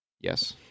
Yes